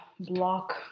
block